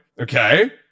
okay